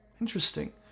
interesting